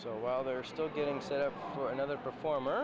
so while they are still getting set up for another performer